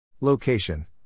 Location